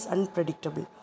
Unpredictable